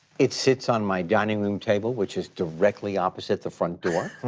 it sits on my dining room table, which is directly opposite the front door.